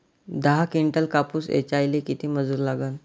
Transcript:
दहा किंटल कापूस ऐचायले किती मजूरी लागन?